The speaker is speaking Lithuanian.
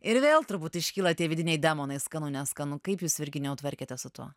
ir vėl turbūt iškyla tie vidiniai demonai skanu neskanu kaip jūs virginijau tvarkėtes su tuo